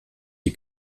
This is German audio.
die